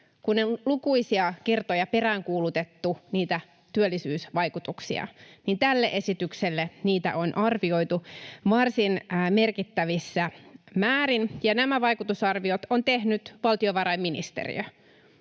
on lukuisia kertoja peräänkuulutettu niitä työllisyysvaikutuksia, niin tälle esitykselle niitä on arvioitu varsin merkittävissä määrin, ja nämä vaikutusarviot on tehnyt valtiovarainministeriö.